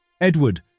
Edward